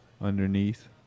underneath